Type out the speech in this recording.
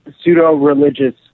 pseudo-religious